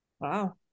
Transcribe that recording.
wow